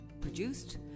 produced